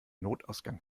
notausgang